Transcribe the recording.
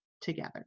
together